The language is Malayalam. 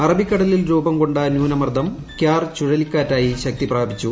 അറബിക്കടലിൽ രൂപം കൊണ്ട ന്യൂനമർദ്ദം കൃാർ ചുഴലിക്കാറ്റായി ശക്തിപ്രാപിച്ചു